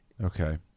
Okay